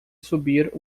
subir